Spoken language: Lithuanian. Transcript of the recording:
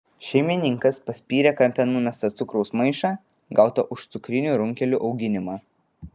šeimininkas paspyrė kampe numestą cukraus maišą gautą už cukrinių runkelių auginimą